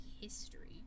history